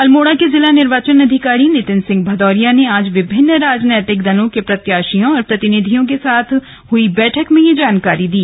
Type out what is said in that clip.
अल्मोड़ा के जिला निर्वाचन अधिकारी नितिन सिंह भदौरिया ने आज विभिन्न राजनैतिक दलों के प्रत्याशियों और प्रतिनिधियों के साथ हुई बैठक में यह जानकारी दी